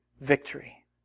victory